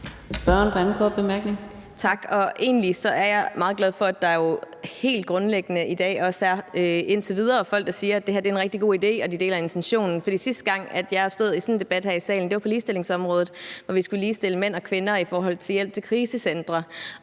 er jeg meget glad for, at der jo helt grundlæggende i dag indtil videre også er folk, der siger, at det her er en rigtig god idé og de deler intentionen, for sidste gang jeg stod i sådan en debat her i salen, var det på ligestillingsområdet, hvor vi skulle ligestille mænd og kvinder i forhold til hjælp til krisecentre.